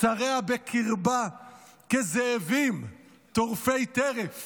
"שריה בקרבה כזאבים טרפי טרף